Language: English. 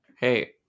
Hey